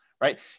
right